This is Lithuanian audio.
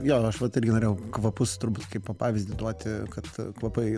jo aš vat irgi norėjau kvapus turbūt kaipo pavyzdį duoti kad kvapai